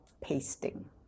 pasting